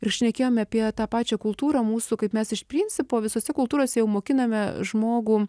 ir šnekėjome apie tą pačią kultūrą mūsų kaip mes iš principo visose kultūrose jau mokiname žmogų